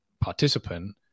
participant